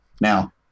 Now